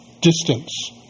distance